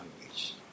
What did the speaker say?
language